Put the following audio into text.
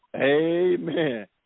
Amen